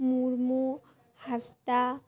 Murmu হাস্তা